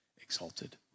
exalted